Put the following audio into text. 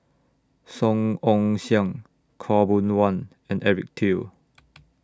Song Ong Siang Khaw Boon Wan and Eric Teo